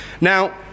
Now